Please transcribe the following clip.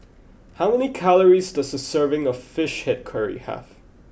how many calories does a serving of Fish Head Curry have